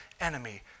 enemy